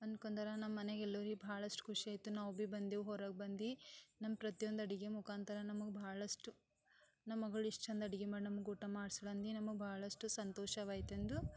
ಅನ್ಕೊಂಡಾರ ನಮ್ಮನೆಗೆ ಎಲ್ಲರ್ಗೆ ಬಹಳಷ್ಟು ಖುಷಿ ಆಯಿತು ನಾವು ಭಿ ಬಂದೆವು ಹೊರಗೆ ಬಂದು ನಮ್ಮ ಪ್ರತಿಯೊಂದು ಅಡಿಗೆ ಮುಖಾಂತರ ನಮಗೆ ಬಹಳಷ್ಟು ನಮ್ಮ ಮಗಳು ಇಷ್ಟು ಚಂದ ಅಡ್ಗೆ ಮಾಡಿ ನಮಗೆ ಊಟ ಮಾಡ್ಸಾಳಂದು ನಮಗೆ ಬಹಳಷ್ಟು ಸಂತೋಷವಾಯಿತೆಂದು